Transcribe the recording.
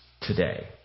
today